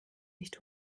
nicht